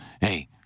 hey